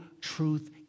truth